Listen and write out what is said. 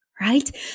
right